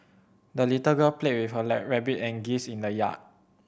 the little girl played with her lie rabbit and geese in the yard